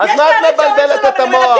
ברור.